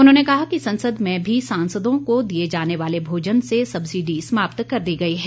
उन्होंने कहा कि संसद में भी सांसदों को दिए जाने वाले भोजन से सब्सिडी समाप्त कर दी गई है